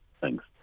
Thanks